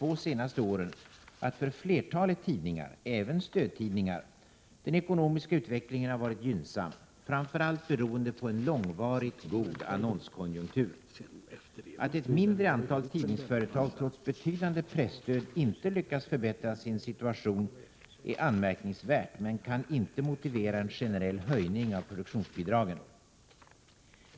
1987/88:118 två senaste åren att den ekonomiska utvecklingen för flertalet tidningar, även 10 maj 1988 stödtidningar, varit gynnsam, framför allt beroende på en långvarigt god annonskonjunktur. Att ett mindre antal tidningsföretag trots betydande presstöd inte lyckas förbättra sin situation är anmärkningsvärt men kan inte motivera en generell höjning av produktionsbidragen.